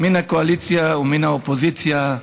מן הקואליציה ומן האופוזיציה,